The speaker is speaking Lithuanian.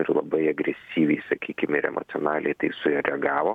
ir labai agresyviai sakykim ir emocionaliai į tai sureagavo